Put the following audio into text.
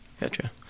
gotcha